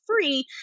free